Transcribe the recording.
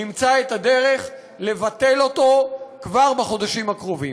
נמצא את הדרך לבטל אותו כבר בחודשים הקרובים.